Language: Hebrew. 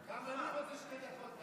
גם אני רוצה שתי דקות,